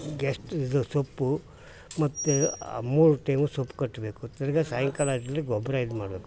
guest ಇದು ಸೊಪ್ಪು ಮತ್ತು ಆ ಮೂರು ಟೈಮು ಸೊಪ್ಪು ಕಟ್ಟಬೇಕು ತಿರ್ಗಿ ಸಾಯಂಕಾಲ ಆಗಲಿ ಗೊಬ್ಬರ ಇದು ಮಾಡಬೇಕು